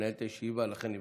מנהל את הישיבה ולכן מוותר,